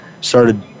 started